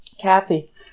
Kathy